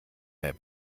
mehr